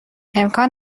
امکان